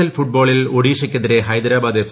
L ഫുട്ബോളിൽ ഒഡീഷ്യ്ക്കെതിരെ Hyderabad F